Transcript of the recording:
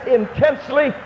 intensely